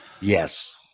Yes